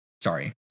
sorry